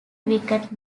wicket